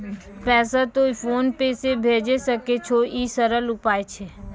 पैसा तोय PhonePe से भैजै सकै छौ? ई सरल उपाय छै?